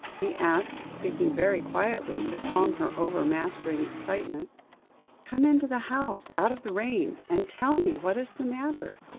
he asked, speaking very quietly, to calm her overmastering excitement come into the house out of the rain, and tell me what is the matter.